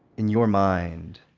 in your mind,